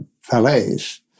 Falaise